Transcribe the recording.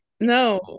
no